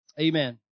Amen